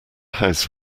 house